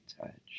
touch